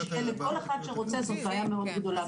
שיהיה לכל אחד שרוצה זו בעיה מאוד גדולה.